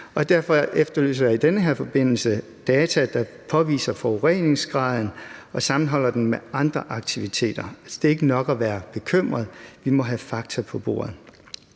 her forbindelse data, der påviser forureningsgraden og sammenholder den med andre aktiviteter. Det er ikke nok at være bekymret. Vi må have fakta på bordet.